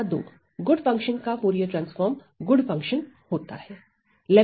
lemma 2 good function का Fourier transform good function होता है